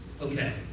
Okay